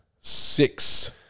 six